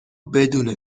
بدون